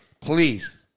please